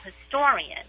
historian